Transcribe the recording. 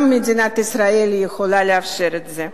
גם מדינת ישראל יכולה לאפשר את זה.